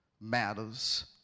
matters